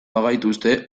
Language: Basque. bagaituzte